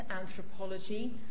anthropology